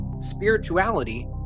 spirituality